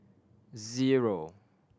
zero